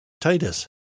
Titus